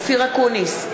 אופיר אקוניס,